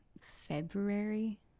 February